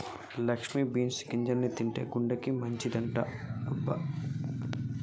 Lakshmi beans గింజల్ని తింటే గుండెకి మంచిదంటబ్బ